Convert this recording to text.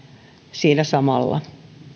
siinä samalla